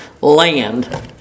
Land